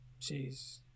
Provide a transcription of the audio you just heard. Jeez